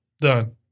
Done